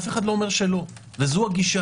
אף אחד לא אומר שלא, וזו הגישה.